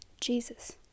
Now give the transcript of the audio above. Jesus